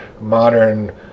modern